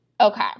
Okay